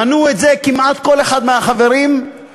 מנה את זה כמעט כל אחד מהחברים שעלו.